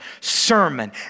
sermon